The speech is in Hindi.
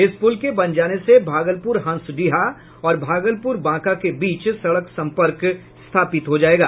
इस पुल के बन जाने से भागलपुर हंसडीहा और भागलपुर बांका के बीच सड़क संपर्क स्थापित हो जायेगा